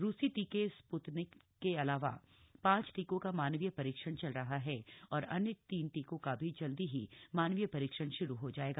रूसी टीके स्प्तनिक के अलावा पांच टीकों का मानवीय परीक्षण चल रहा है और अन्य तीन टीकों का भी जल्दी ही मानवीय परीक्षण श्रू हो जाएगा